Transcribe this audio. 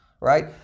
right